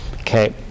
Okay